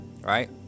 right